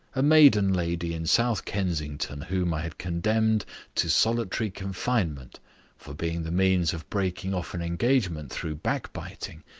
a maiden lady in south kensington whom i had condemned to solitary confinement for being the means of breaking off an engagement through backbiting,